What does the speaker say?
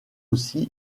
aussi